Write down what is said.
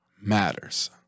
matters